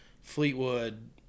Fleetwood